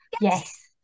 yes